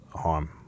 harm